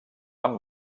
amb